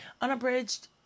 unabridged